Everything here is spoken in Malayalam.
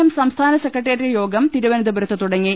എം സംസ്ഥാന സെക്രട്ടേറിയറ്റ് യോഗം് തിരുവന ന്തപുരത്ത് തുടങ്ങി